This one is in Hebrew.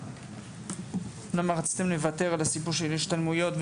למה רציתם לוותר על הסיפור של השתלמויות,